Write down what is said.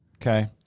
Okay